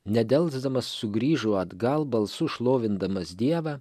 nedelsdamas sugrįžo atgal balsu šlovindamas dievą